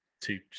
two